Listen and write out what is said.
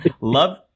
Love